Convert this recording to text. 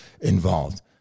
involved